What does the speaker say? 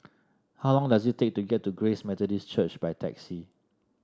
how long does it take to get to Grace Methodist Church by taxi